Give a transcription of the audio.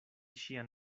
ŝian